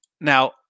Now